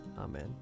Amen